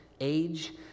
age